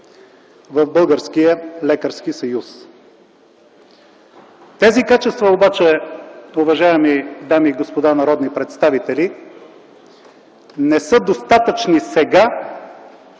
в Българския лекарски съюз. Тези качества обаче, уважаеми дами и господа народни представители, не са достатъчни сега,